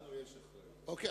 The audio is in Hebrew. לנו יש אחריות.